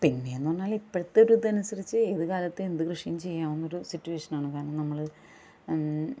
പിന്നെ എന്ന് പറഞ്ഞാൽ ഇപ്പോഴത്തെ ഒരു ഇതനുസരിച്ച് ഏത് കാലത്തും എന്ത് കൃഷിയും ചെയ്യാവുന്നൊരു സിറ്റുവേഷൻ ആണ് കാരണം നമ്മൾ